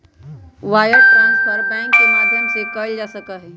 wire transfer के प्रक्रिया bank के माध्यम से ही कइल जा सका हई